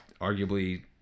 arguably